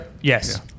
Yes